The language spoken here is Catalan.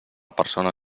persona